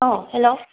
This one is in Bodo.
औ हेल'